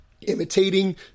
Imitating